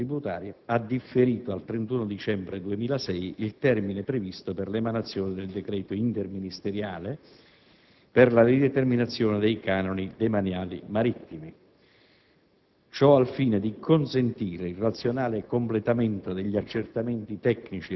n. 262, recante disposizioni urgenti in materia tributaria, ha differito al 31 dicembre 2006 il termine previsto per l'emanazione del decreto interministeriale per la rideterminazione dei canoni demaniali marittimi,